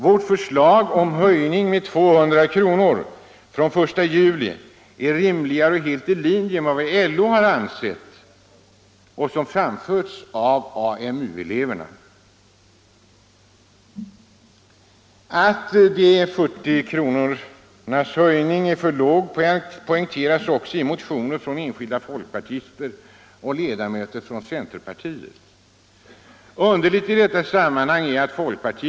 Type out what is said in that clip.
Vårt förslag om höjning med 200 kr. från den 1 juli är rimligare och helt i linje med vad LO har ansett och vad som framförts av AMU-eleverna. Att de 40 kronornas höjning är för låg poängteras också i motioner från enskilda folkpartister och ledamöter av centerpartiet.